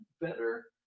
better